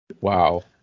Wow